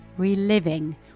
reliving